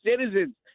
citizens